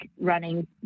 running